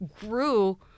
grew